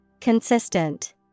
Consistent